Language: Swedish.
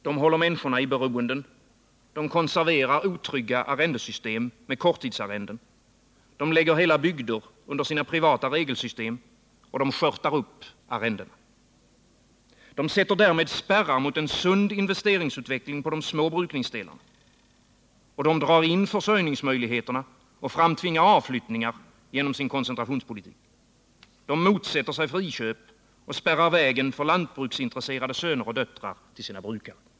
De håller människor i beroenden, de konserverar otrygga arrendesystem med korttidsarrenden, de lägger hela bygder under sina privata regelsystem och de skörtar upp arrendena. De sätter därmed spärrar mot en sund investeringsutveckling på de små brukningsdelarna, och de drar in försörjningsmöjligheterna och framtvingar avflyttningar genom sin koncentrationspolitik. De motsätter sig friköp och spärrar vägen för lantbruksintresserade söner och döttrar till jordens brukare.